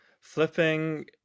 flipping